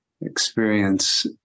experience